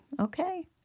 Okay